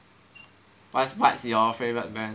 what is what's your favorite brand